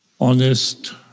honest